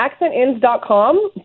accentins.com